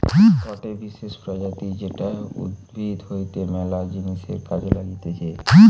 গটে বিশেষ প্রজাতি যেটা উদ্ভিদ হইতে ম্যালা জিনিসের কাজে লাগতিছে